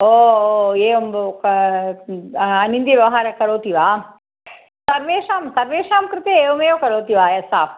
ओ ओ एवम् क अनिन्दि व्यवहारं करोति वा सर्वेषां सर्वेषां कृते एवमेव करोति वा एषा